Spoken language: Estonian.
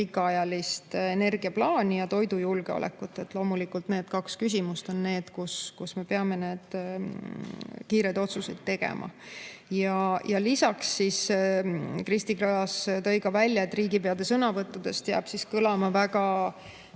energiaplaani ja toidujulgeolekut. Loomulikult need kaks küsimust on need, kus me peame kiired otsused tegema. Lisaks tõi Kristi Klaas välja, et riigipeade sõnavõttudest jääb kõlama väga